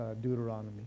Deuteronomy